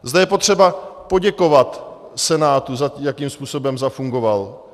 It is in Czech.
Zde je potřeba poděkovat Senátu za to, jakým způsobem zafungoval.